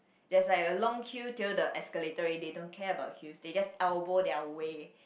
that's like a long queue till the escalator already they don't care about queues they just elbow their way